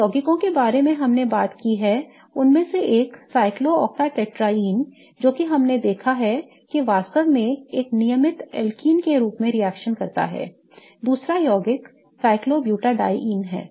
जिन यौगिकों के बारे में हमने बात की है उनमें से एक है clolooctatetraene जो कि हमने देखा है कि वास्तव में एक नियमित alkene के रूप में रिएक्शन करता है दूसरा यौगिक cyclobutadiene है